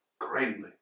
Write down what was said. greatly